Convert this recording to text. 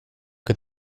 que